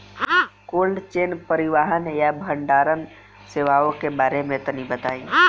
Cold chain परिवहन या भंडारण सेवाओं के बारे में तनी बताई?